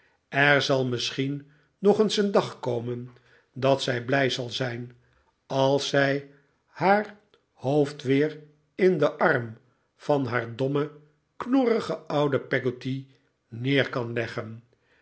er zal misschien nog eens een dag komen dat zij blij zal zijn als zij haar hoofd weer in den arm van haar domme knorrige oude peggotty neer kan leggen